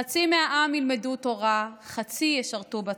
חצי מהעם ילמדו תורה, חצי ישרתו בצבא'.